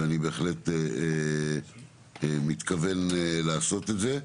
ואני בהחלט מתכוון לעשות את זה.